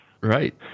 Right